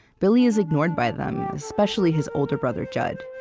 billy is ignored by them, especially his older brother jud.